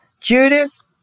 Judas